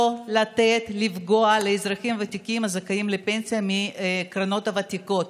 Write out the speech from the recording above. לא לתת לפגוע באזרחים הוותיקים שזכאים לפנסיה מהקרנות הוותיקות.